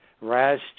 Raz